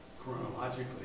chronologically